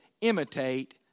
imitate